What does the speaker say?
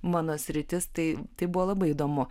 mano sritis tai tai buvo labai įdomu